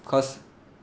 cause